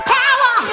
Power